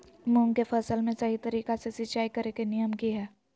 मूंग के फसल में सही तरीका से सिंचाई करें के नियम की हय?